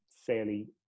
fairly